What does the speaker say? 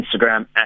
Instagram